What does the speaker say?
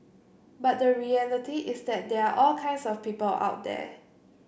but the reality is that there are all kinds of people out there